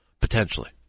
potentially